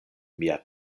mia